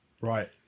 Right